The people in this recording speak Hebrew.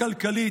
הכלכלית.